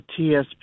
TSP